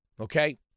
Okay